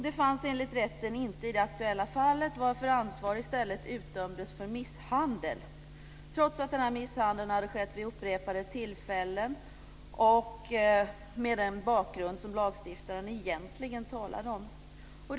Det fanns det enligt rätten inte i det aktuella fallet, varför ansvar i stället utdömdes för misshandel, trots att misshandeln hade skett vid upprepade tillfällen och med den bakgrund som lagstiftaren egentligen talade om.